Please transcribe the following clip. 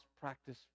practice